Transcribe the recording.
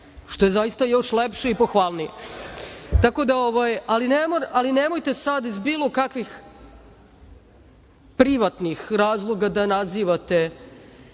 što jeste zaista lepše i pohvalnije, ali nemojte sada iz bilo kakvih privatnih razloga da nazivate